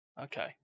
Okay